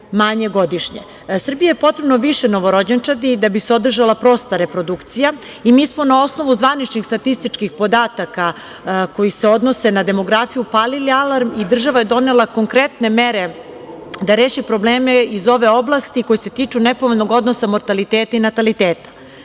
manje godišnje. Srbije je potrebno više novorođenčadi da bi se održala prosta reprodukcija i mi smo na osnovu zvaničnih statističkih podataka koji se odnose na demografiju upalili alarm i država je donela konkretne mere da reši probleme iz ove oblasti koji se tiču nepovoljnog odnosa mortaliteta i nataliteta. Populaciona